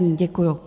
Děkuju.